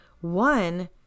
One